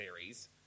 series